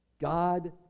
God